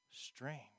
Strange